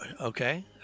Okay